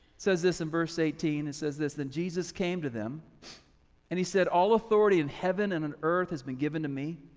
says this in verse eighteen, it says this, then jesus came to them and he said, all authority in heaven and an earth has been given to me.